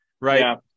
right